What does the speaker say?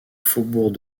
faubourg